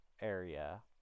area